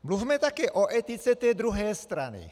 Mluvme také o etice té druhé strany.